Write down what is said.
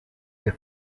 que